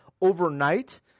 overnight